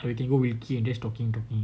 or you can go with me just go talking talking